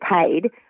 paid